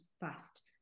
fast